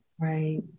Right